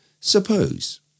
Suppose